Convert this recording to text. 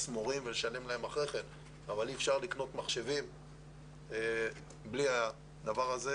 מורים ולשלם להם אחר כך אבל אי אפשר לקנות מחשבים בלי הדבר הזה.